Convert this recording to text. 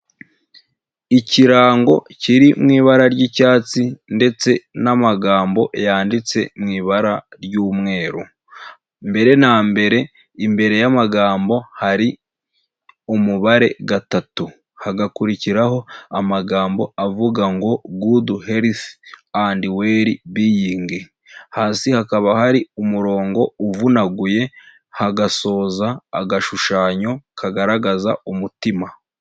Ikirango kiri mu'i ibara ry'icyatsi ndetse n'amagambo yanditse mu ibara ry'umweru, mbere na mbere imbere y'amagambo hari umubare gatatu, hagakurikiraho amagambo avuga ngo GOOD HEALTH AND WELL-BEING, hasi hakaba hari umurongo uvunaguye hagasoza agashushanyo kagaragaza umutima.